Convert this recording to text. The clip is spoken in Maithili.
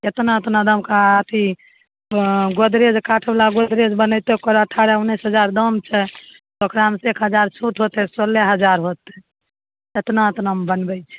जेतना दामके अथी गोदरेज काठ बाला गोदरेज बनैतै तऽ ओकर अठारह उन्नैस हजार दाम छै ओकरामे एक हजार छुट होतै सोलहे हजार होत एतना एतनामे बनबै छी